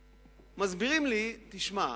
ומסבירים לי: תשמע,